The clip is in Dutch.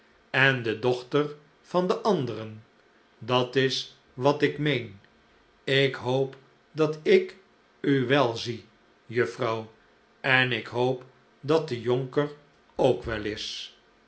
en de dochter van den anderen dat is wat ik meen ik hoop dat ik u wel zie juffrouw en ik hoop dat de jonker ook wel is